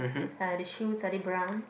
uh the shoes are they brown